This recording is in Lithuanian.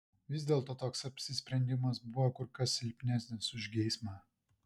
vis dėlto toks apsisprendimas buvo kur kas silpnesnis už geismą